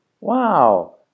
Wow